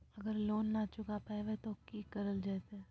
अगर लोन न चुका पैबे तो की करल जयते?